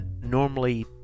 normally